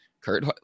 Kurt